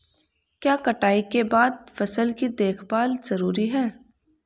क्या कटाई के बाद फसल की देखभाल जरूरी है?